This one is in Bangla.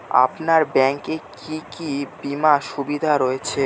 আপনার ব্যাংকে কি কি বিমার সুবিধা রয়েছে?